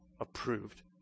approved